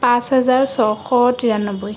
পাঁচ হেজাৰ ছশ তিৰান্নবৈ